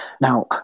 Now